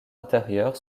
intérieure